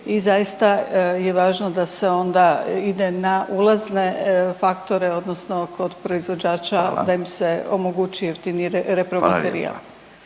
i zaista je važno da se onda ide na ulazne faktore odnosno kod proizvođača …/Upadica